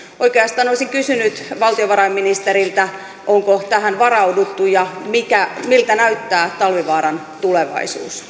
oikeastaan olisin kysynyt valtiovarainministeriltä onko tähän varauduttu ja miltä näyttää talvivaaran tulevaisuus